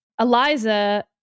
Eliza